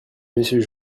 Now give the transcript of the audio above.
monsieur